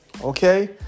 Okay